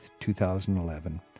2011